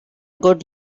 good